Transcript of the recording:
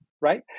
right